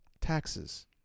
taxes